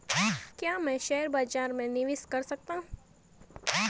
क्या मैं शेयर बाज़ार में निवेश कर सकता हूँ?